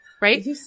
right